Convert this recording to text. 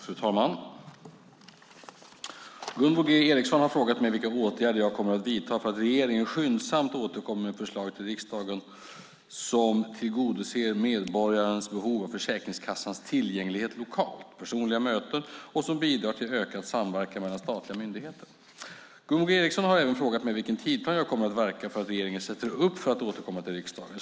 Fru talman! Gunvor G Ericson har frågat mig vilka åtgärder jag kommer att vidta för att regeringen skyndsamt återkommer med förslag till riksdagen som tillgodoser medborgarnas behov av Försäkringskassans tillgänglighet lokalt och personliga möten och förslag som bidrar till ökad samverkan mellan statliga myndigheter. Gunvor G Ericson har även frågat mig vilken tidsplan jag kommer att verka för att regeringen sätter upp för att återkomma till riksdagen.